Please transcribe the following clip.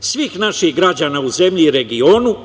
svih naših građana u zemlji i regionu,